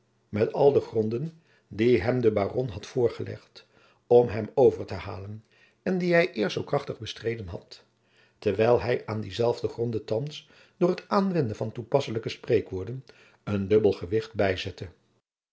met al de gronden die hem de baron had voorgelegd om hem over te halen en die hij eerst zoo krachtig bestreden had terwijl hij aan die zelfde gronden thands door het aanwenden van toepasselijke spreekwoorden een dubbel gewicht bijzette